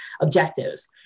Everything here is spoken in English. objectives